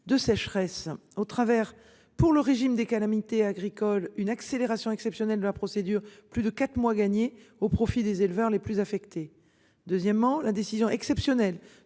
de sécheresse au travers pour le régime des calamités agricoles une accélération exceptionnelle de la procédure, plus de quatre mois gagnés au profit des éleveurs les plus affectées. Deuxièmement la décision exceptionnelle